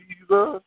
Jesus